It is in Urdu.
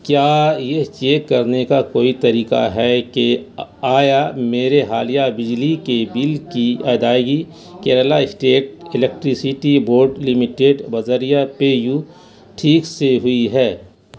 کیا یہ چیک کرنے کا کوئی طریقہ ہے کہ آیا میرے حالیہ بجلی کے بل کی ادائیگی Kerala state electricity board limited بذریعہ پے یو ٹھیک سے ہوئی ہے